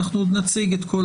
אנחנו עוד נציג את כל